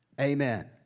Amen